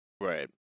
Right